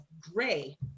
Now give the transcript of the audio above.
gray